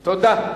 תודה.